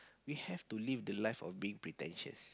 we have to live the life of being pretentious